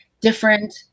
different